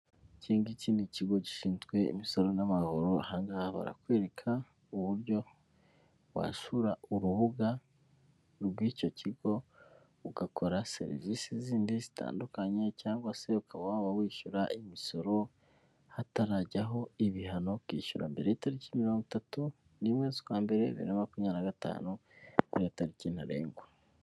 Ikingiki ni ikigo gishinzwe imisoro n'amahoro. Ahangaha barakwereka uburyo wasura urubuga rw'icyo kigo ugakora serivisi zindi zitandukanye cyangwa se ukaba waba wishyura imisoro hatarajyaho ibihano, ukishyura mbere y'itariki mirongo itatu n'imwe z'ukwa mbere bibiri na makumyabiri na gatanu kuko ariyo tariki ntarengwa.